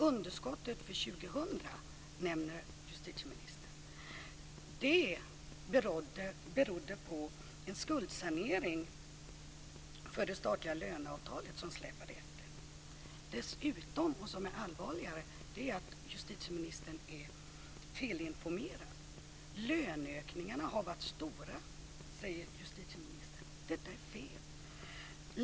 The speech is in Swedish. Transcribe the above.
Underskottet för 2000, som justitieministern nämner, berodde på en skuldsanering för det statliga löneavtalet, som släpade efter. Dessutom, vilket är allvarligare, är justitieministern felinformerad. Löneökningarna har varit stora, säger justitieministern. Det är fel.